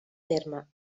terme